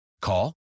Call